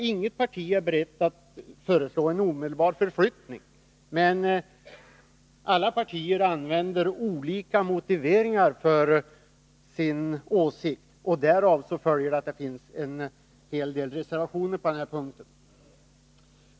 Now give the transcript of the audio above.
Inget parti är berett att föreslå en omedelbar förflyttning. Men alla partier använder olika motiveringar för sin åsikt, och därav följer att det finns en hel del reservationer på den här punkten.